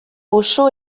oso